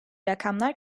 rakamlar